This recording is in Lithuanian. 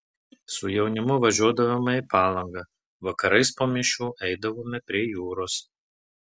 su jaunimu važiuodavome į palangą vakarais po mišių eidavome prie jūros